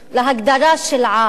להגדרה של עם,